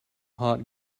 hot